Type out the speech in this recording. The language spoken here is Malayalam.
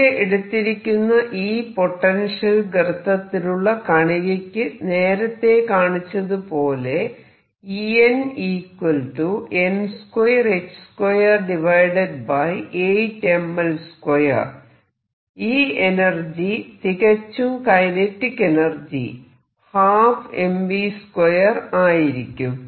ഇവിടെ എടുത്തിരിക്കുന്ന ഈ പൊട്ടൻഷ്യൽ ഗർത്തത്തിലുള്ള കണികയ്ക്കു നേരത്തെ കാണിച്ചതുപോലെ ഈ എനർജി തികച്ചും കൈനെറ്റിക് എനർജി 12mv2ആയിരിക്കും